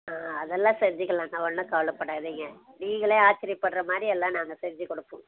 ஆ அதெல்லாம் செஞ்சுக்கலாங்க ஒன்றும் கவலைப்படாதிங்க நீங்களே ஆச்சரியப்படுற மாதிரி எல்லாம் நாங்கள் செஞ்சுக் கொடுப்போம்